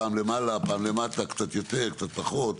פעם למעלה, פעם למטה, קצת יותר, קצת פחות,